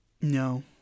No